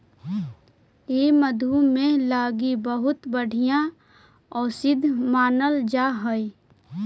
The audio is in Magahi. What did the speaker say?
ई मधुमेह लागी बहुत बढ़ियाँ औषधि मानल जा हई